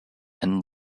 and